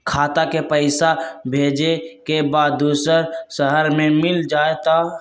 खाता के पईसा भेजेए के बा दुसर शहर में मिल जाए त?